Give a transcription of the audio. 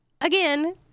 again